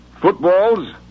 Footballs